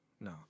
No